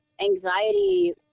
anxiety